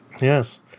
Yes